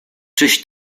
czyś